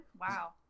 Wow